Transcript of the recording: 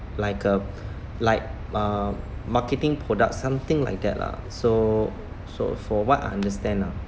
like a like uh marketing product something like that lah so so for what I understand lah